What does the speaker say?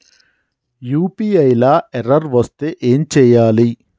UPI లా error వస్తే ఏం చేయాలి?